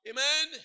Amen